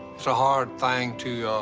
it's a hard thing to, ah